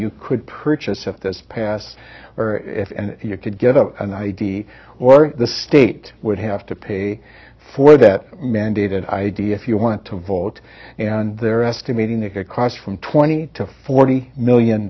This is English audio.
you could purchase at this pass if and you could get up an id or the state would have to pay for that mandated idea if you want to vote and they're estimating across from twenty to forty million